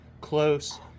close